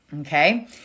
Okay